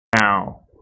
Now